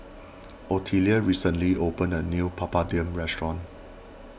Ottilia recently opened a new Papadum restaurant